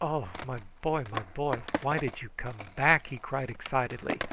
oh! my boy, my boy! why did you come back? he cried excitedly,